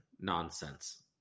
nonsense